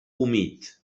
humit